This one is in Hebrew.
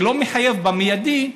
שלא מחייב במיידי,